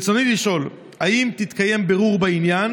ברצוני לשאול: האם יתקיים בירור בעניין